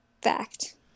Fact